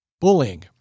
Bullying